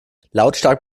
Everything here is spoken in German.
lautstark